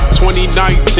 2019